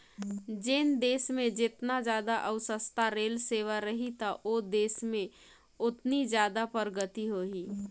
जेन देस मे जेतना जादा अउ सस्ता रेल सेवा रही त ओ देस में ओतनी जादा परगति होही